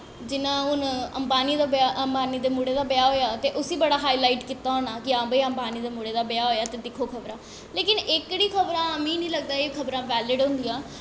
जि'यां हून अम्बानी दे मुड़े दा ब्याह् होआ ते उस्सी बड़ा हाई लाईट कीता होना हां भाई अम्बानी ते मुड़े दा ब्याह् होआ दिक्खो खबरां लेकिन एह्कड़ियां खबरां मिगी निं लगदा कि एह् खबरां बैलिड़ होंदियां